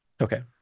Okay